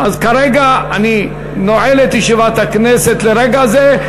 כרגע אני נועל את ישיבת הכנסת לרגע זה.